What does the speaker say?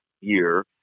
year